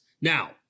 Now